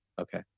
okay